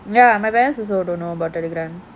ya my parents also don't know about Telegram